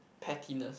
pettiness